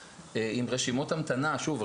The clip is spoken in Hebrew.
שוב,